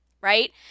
right